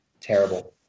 terrible